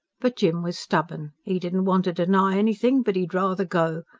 but jim was stubborn. e didn't want to deny anything. but e'd rather go.